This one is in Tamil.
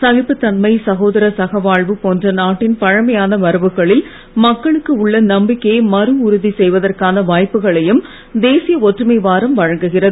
சகிப்புத்தன்மை சகோதர சகவாழ்வு போன்ற நாட்டின் பழமையான வரவுகளில் மக்களுக்கு உள்ள நம்பிக்கையை மறு உறுதி செய்வதற்கான வாய்ப்புக்களையும் தேசிய ஒற்றுமை வாரம் வழங்குகிறது